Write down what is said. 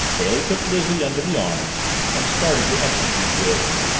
bailey took lizzie under the arms and started to execute the order.